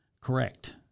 Correct